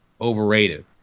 overrated